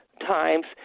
times